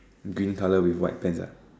green colour with white pants ah